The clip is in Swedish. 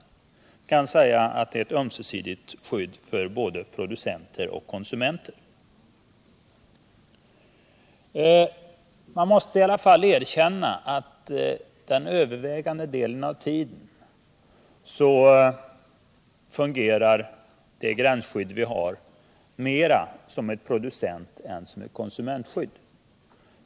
Man kan säga att det är ett ömsesidigt skydd för både producenter och konsumenter. Man måste dock erkänna att den övervägande delen av tiden fungerar det gränsskydd vi har mer som ett producentän som ett konsumentskydd.